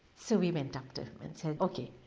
so we went up to him and said ok,